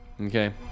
Okay